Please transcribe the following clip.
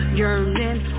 yearning